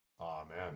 Amen